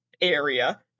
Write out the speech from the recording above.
area